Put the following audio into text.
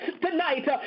tonight